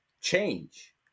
change